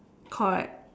correct